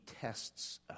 tests